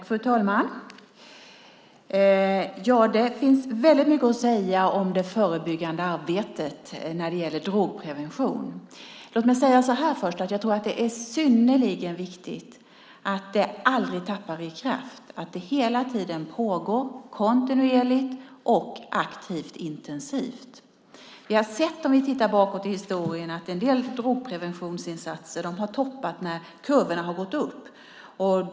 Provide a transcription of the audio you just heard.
Fru talman! Ja, det finns väldigt mycket att säga om det förebyggande arbetet när det gäller drogprevention. Låt mig först säga så här: Jag tror att det är synnerligen viktigt att det aldrig tappar i kraft, att det hela tiden pågår, kontinuerligt, aktivt och intensivt. Om vi tittar bakåt i historien kan vi se att en del drogpreventionsinsatser har toppat när kurvorna har gått upp.